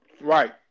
right